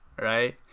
right